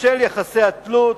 בשל יחסי התלות,